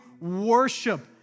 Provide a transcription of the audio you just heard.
worship